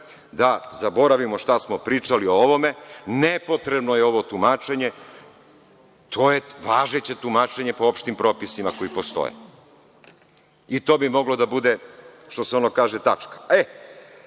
da zaboravimo šta smo pričali o ovome. Nepotrebno je ovo tumačenje. To je važeće tumačenje po opštim propisima koji postoje. To bi moglo da bude, što se ono kaže, tačka. Pošto